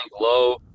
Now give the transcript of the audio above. low